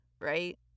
right